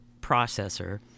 processor